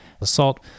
assault